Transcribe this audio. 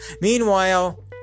Meanwhile